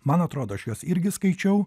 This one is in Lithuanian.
man atrodo aš juos irgi skaičiau